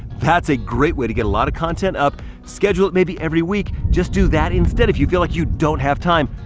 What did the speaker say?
that's a great way to get a lot of content up. schedule it maybe every week, just do that instead if you feel like you don't have time,